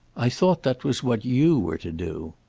i thought that was what you were to do.